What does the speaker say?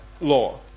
law